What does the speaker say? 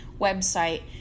website